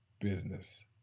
business